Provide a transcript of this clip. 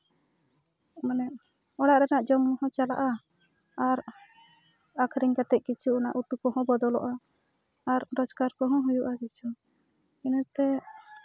ᱢᱟᱱᱮ ᱚᱲᱟᱜ ᱨᱮᱱᱟᱜ ᱡᱚᱢ ᱧᱩ ᱦᱚᱸ ᱪᱟᱞᱟᱜᱼᱟ ᱟᱨ ᱟᱹᱠᱷᱨᱤᱧ ᱠᱟᱛᱮ ᱠᱤᱪᱷᱩ ᱚᱱᱟ ᱩᱛᱩ ᱠᱚᱦᱚᱸ ᱵᱚᱫᱚᱞᱚᱜᱼᱟ ᱟᱨ ᱨᱳᱡᱜᱟᱨ ᱠᱚᱦᱚᱸ ᱦᱩᱭᱩᱜᱼᱟ ᱠᱤᱪᱷᱩ ᱤᱱᱟᱹᱛᱮ